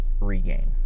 regain